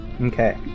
okay